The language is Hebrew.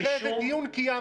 תראה איזה דיון קיימת,